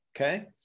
okay